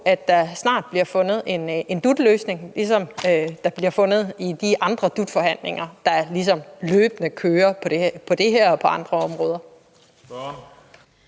at der snart bliver fundet en DUT-løsning, ligesom der bliver fundet i de andre DUT-forhandlinger, der ligesom løbende kører på det her og på andre områder.